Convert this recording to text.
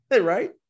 Right